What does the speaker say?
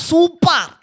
Super